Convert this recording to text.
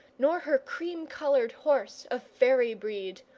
nor her cream coloured horse of fairy breed,